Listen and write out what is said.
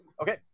Okay